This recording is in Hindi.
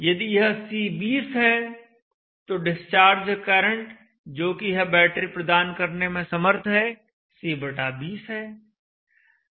यदि यह C20 है तो डिस्चार्ज करंट जोकि यह बैटरी प्रदान करने में समर्थ है C20 है